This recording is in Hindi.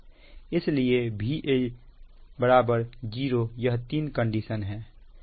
इसलिए Va 0 यह तीन कंडीशन है